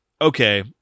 okay